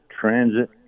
transit